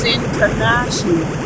international